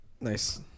Nice